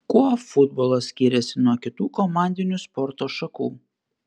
kuo futbolas skiriasi nuo kitų komandinių sporto šakų